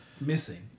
missing